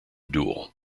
duel